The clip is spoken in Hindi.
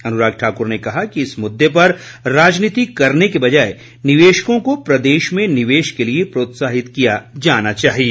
अनुराग ठाकुर ने कहा कि इस मुद्दे पर राजनीति करने के बजाए निवेशकों को प्रदेश में निवेश के लिए प्रोत्साहित किया जाना चाहिए